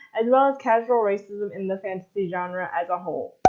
as well as casual racism in the fantasy genre as a whole.